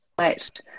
right